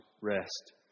rest